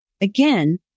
Again